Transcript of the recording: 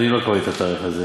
אני לא קבעתי את התאריך הזה.